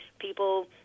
people